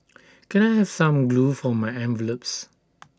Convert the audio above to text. can I have some glue for my envelopes